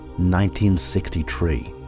1963